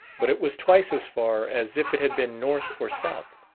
but it was twice as far as if it had been north or south.